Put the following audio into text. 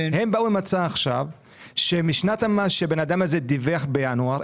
הם באו עם הצעה עכשיו שמשנת המס שהבן אדם דיווח בינואר,